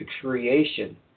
creation